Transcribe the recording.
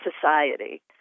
society